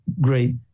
great